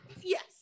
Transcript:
Yes